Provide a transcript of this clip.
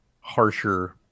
harsher